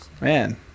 Man